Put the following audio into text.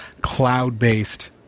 cloud-based